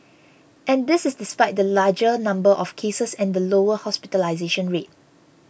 and this is despite the larger number of cases and the lower hospitalisation rate